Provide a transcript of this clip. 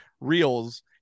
reels